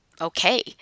okay